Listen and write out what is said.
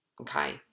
okay